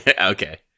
okay